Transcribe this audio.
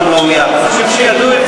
אני חושב שידעו את זה.